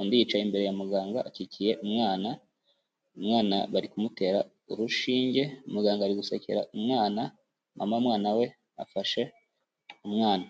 undi yicaye imbere ya muganga akikiye umwana, umwana bari kumutera urushinge, muganga ari gusekera umwana mama w'umwana we afashe umwana.